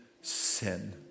sin